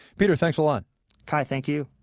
peter, thanks a lot kai, thank you